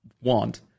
want